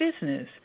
business